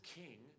king